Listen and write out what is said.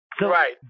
Right